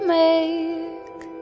make